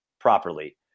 properly